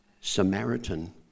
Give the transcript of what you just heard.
Samaritan